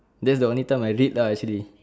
that's the only time I read lah actually